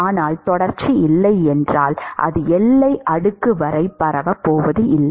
ஆனால் தொடர்ச்சி இல்லை என்றால் அது எல்லை அடுக்கு வரை பரவப் போவதில்லை